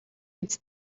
биз